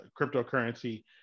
cryptocurrency